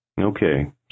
Okay